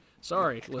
Sorry